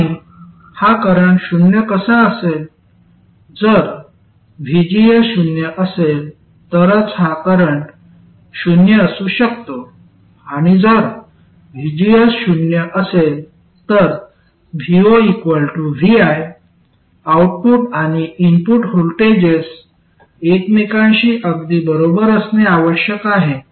आणि हा करंट शून्य कसा असेल जर vgs शून्य असेल तरच हा करंट शून्य असू शकतो आणि जर vgs शून्य असेल तर vo vi आउटपुट आणि इनपुट व्होल्टेजेस एकमेकांशी अगदी बरोबर असणे आवश्यक आहे